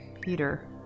Peter